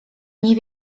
nie